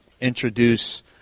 introduce